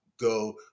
go